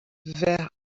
vers